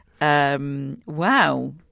Wow